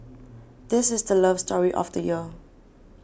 this is the love story of the year